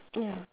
ya